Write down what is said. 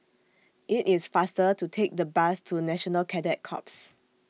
IT IS faster to Take The Bus to National Cadet Corps